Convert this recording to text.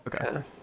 Okay